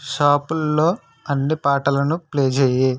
షఫుల్లో అన్ని పాటలను ప్లే చెయ్యి